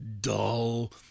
dull